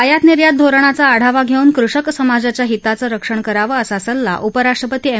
आयात निर्यात धोरणाचा आढावा घेऊन कृषक समाजाच्या हितांचं रक्षण करावं असा सल्ला उपराष्ट्रपती एम